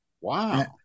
Wow